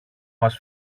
μας